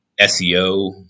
SEO